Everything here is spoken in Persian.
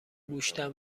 گوشتم